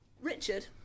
Richard